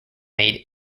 made